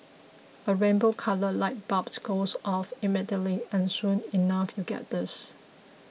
a rainbow coloured light bulb goes off immediately and soon enough you get this